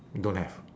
don't have